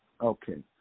Okay